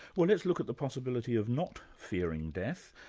well let's look at the possibility of not fearing death.